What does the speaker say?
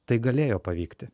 tai galėjo pavykti